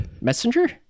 messenger